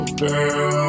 girl